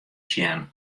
sjen